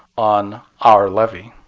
on our levy.